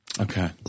okay